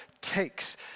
takes